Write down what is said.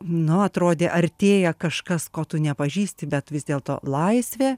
no atrodė artėja kažkas ko tu nepažįsti bet vis dėlto laisvė